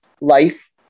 Life